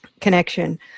connection